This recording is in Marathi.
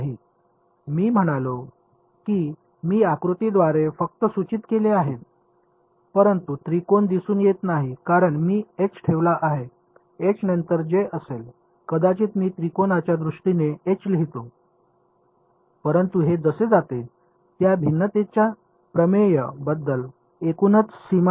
नाही मी म्हणालो की मी आकृतीद्वारे फक्त सूचित केले आहे परंतु त्रिकोण दिसून येत नाही कारण मी H ठेवला आहे H नंतर जे असेल कदाचित मी त्रिकोणांच्या दृष्टीने H लिहितो परंतु हे जसे जाते त्या भिन्नतेच्या प्रमेय बद्दल एकूणच सीमा